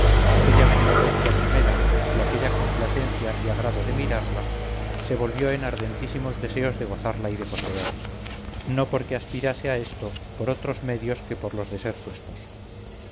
aquella benevolencia primera y aquella complacencia y agrado de mirarla se volvió en ardentísimos deseos de gozarla y de poseerla no porque aspirase a esto por otros medios que por los de ser su esposo